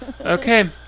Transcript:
Okay